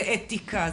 זה אתיקה,